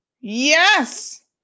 Yes